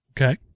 Okay